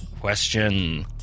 question